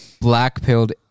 black-pilled